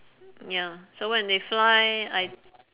ya so when they fly I t~